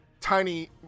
tiny